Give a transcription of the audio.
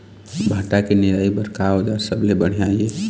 भांटा के निराई बर का औजार सबले बढ़िया ये?